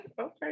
Okay